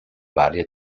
varie